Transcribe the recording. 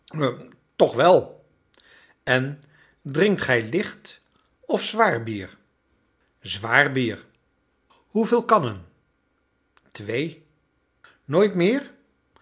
toch wel en drinkt gij licht of zwaar bier zwaar bier hoeveel halve kannen twee nooit meer